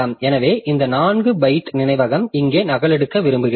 எனவே இந்த 4 பைட் நினைவகம் இங்கே நகலெடுக்க விரும்புகிறேன்